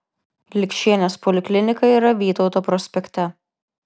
likšienės poliklinika yra vytauto prospekte